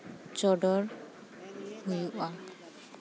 ᱪᱚᱰᱚᱨ ᱦᱩᱭᱩᱜᱼᱟ